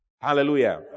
Hallelujah